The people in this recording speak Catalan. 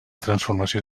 transformació